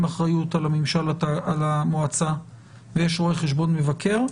אחריות על המועצה ויש רואה חשבון מבקר,